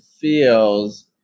feels